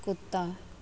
कुत्ता